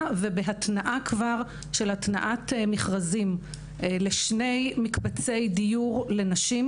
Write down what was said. והתנעה של מכרזים לשני מקבצי דיור לנשים